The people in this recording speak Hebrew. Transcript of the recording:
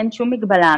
אין שום מגבלה.